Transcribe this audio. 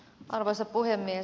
arvoisa puhemies